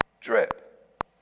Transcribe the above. drip